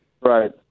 right